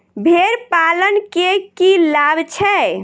भेड़ पालन केँ की लाभ छै?